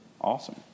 Awesome